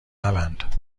نبند